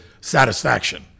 satisfaction